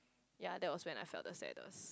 ya that was when I felt the saddest